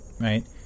right